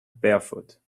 barefoot